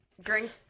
drink